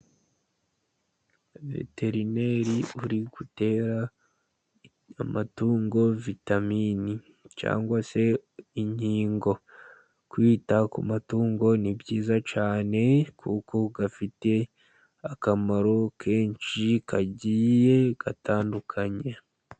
Veterineri uri gutera amatungo vitamini cyangwa se inkingo. Kwita ku matungo ni byiza cyane, kuko bifite akamaro kenshi kagiye gatandukanye.